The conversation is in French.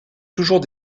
toujours